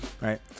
right